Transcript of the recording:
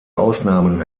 ausnahmen